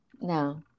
no